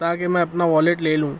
تا کہ میں اپنا والیٹ لے لوں